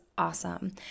awesome